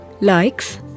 likes